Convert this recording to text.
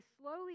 slowly